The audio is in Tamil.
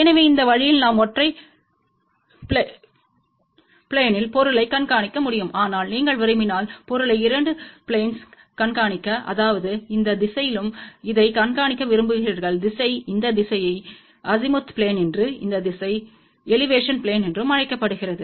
எனவே இந்த வழியில் நாம் ஒற்றை ப்லேன்த்தில் பொருளைக் கண்காணிக்க முடியும் ஆனால் நீங்கள் விரும்பினால் பொருளை 2 ப்லேன்ங்களில் கண்காணிக்க அதாவது இந்த திசையிலும் இதைக் கண்காணிக்க விரும்புகிறீர்கள் திசை இந்த திசையை அசிமுத் ப்லேன் என்றும் இந்த திசை எலிவேஷன் ப்லேன் என்றும் அழைக்கப்படுகிறது